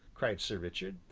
cried sir richard,